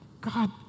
God